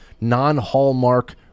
non-hallmark